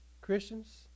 Christians